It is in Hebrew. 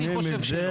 אני חושב שלא.